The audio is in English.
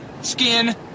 skin